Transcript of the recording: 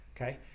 okay